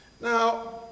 Now